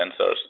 sensors